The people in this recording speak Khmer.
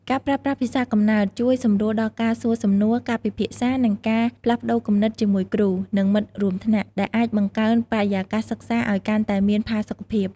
ការប្រើប្រាស់ភាសាកំណើតជួយសម្រួលដល់ការសួរសំណួរ ការពិភាក្សា និងការផ្លាស់ប្តូរគំនិតជាមួយគ្រូ និងមិត្តរួមថ្នាក់ ដែលអាចបង្កើនបរិយាកាសសិក្សាឱ្យកាន់តែមានផាសុកភាព។